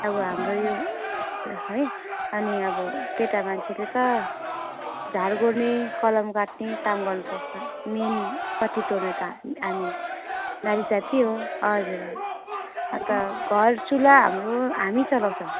अब हाम्रो यो है अनि अब केटा मान्छेले त झार गोड्ने कलम काट्ने काम गर्नुसक्छ मेन पत्ती तोड्ने त हामी नारी जाति हो हजुर हजुर अन्त घर चुल्हा हाम्रो हामी चलाउँछ